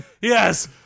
Yes